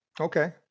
Okay